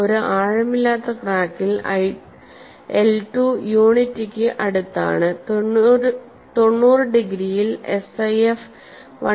ഒരു ആഴമില്ലാത്ത ക്രാക്കിൽ I 2 യൂണിറ്റിക്ക് അടുത്താണ് തൊണ്ണൂറ് ഡിഗ്രിയിൽ SIF 1